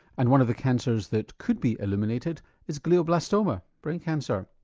and one of the cancers that could be illuminated is glioblastoma brain cancer.